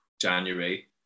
January